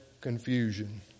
confusion